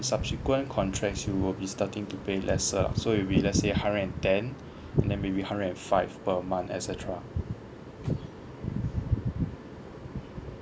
subsequent contracts you will be starting to pay lesser lah so will be let's say hundred and ten and then maybe hundred and five per month et cetera